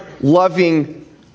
loving